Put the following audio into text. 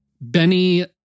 Benny